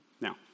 Now